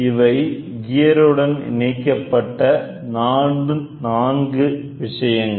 இவை கியர் உடன் இணைக்கப்பட்ட 4 விஷயங்கள்